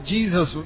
Jesus